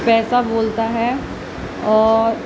پیسہ بولتا ہے اور